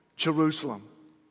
Jerusalem